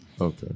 Okay